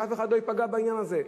שאף אחד לא יפגע בעניין הזה.